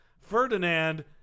Ferdinand